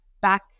back